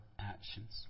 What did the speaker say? actions